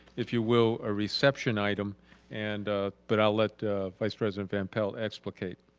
if you will, a reception item and but i'll let vice-president van pelt explicate.